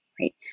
Right